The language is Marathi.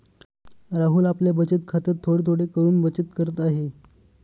राहुल आपल्या बचत खात्यात थोडे थोडे करून बचत करत आहे